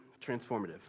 transformative